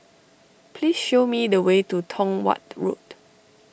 please show me the way to Tong Watt Road